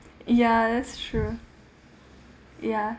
ya that's true ya